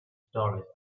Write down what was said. stories